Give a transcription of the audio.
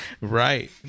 Right